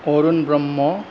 Arun Brahma